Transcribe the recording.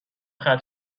ختم